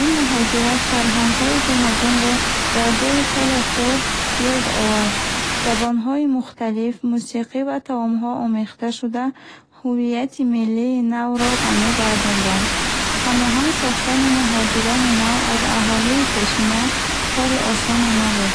Ин муҳоҷират фарҳангҳои гуногунро дар ҷойи хеле хурд гирд овард. Забонҳои мухталиф, мусиқӣ ва таомҳо омехта шуда, ҳувияти миллии навро ғанӣ гардонданд. Ҳамоҳанг сохтани муҳоҷирони нав ва аҳолии пешина кори осоне набуд.